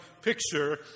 picture